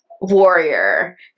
warrior